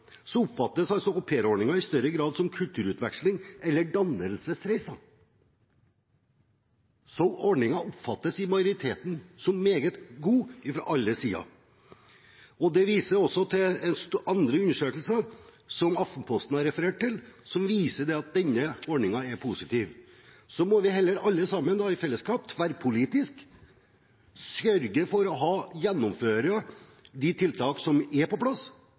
oppfattes aupairordningen i større grad som kulturutveksling, eller som dannelsesreiser. Så ordningen oppfattes av majoriteten som meget god fra alle sider. Også andre undersøkelser, som Aftenposten har referert til, viser at denne ordningen er positiv. Så får vi alle sammen – i fellesskap og tverrpolitisk – heller sørge for å gjennomføre de tiltakene som er på plass,